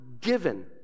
given